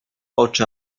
oczy